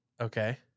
Okay